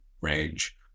range